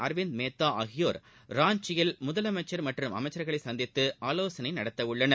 அரவிந்த் மேத்தா ஆகியோர் ராஞ்சியில் முதலமைச்சர் மற்றும் அமைச்சர்களைச் சந்தித்து ஆலோசனை நடத்தவுள்ளனர்